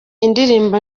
indirimbo